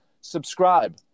Subscribe